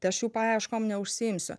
tai aš jų paieškom neužsiimsiu